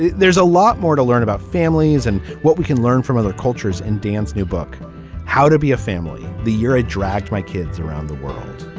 there's a lot more to learn about families and what we can learn from other cultures and dan's new book how to be a family. the year i dragged my kids around the world.